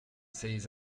ces